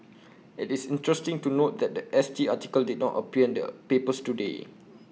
IT is interesting to note that The S T article did not appear their papers today